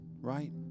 right